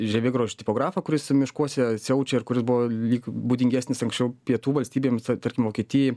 žievėgraužio tipografą kuris miškuose siaučia ir kuris buvo lyg būdingesnis anksčiau pietų valstybėms tarkim vokietijai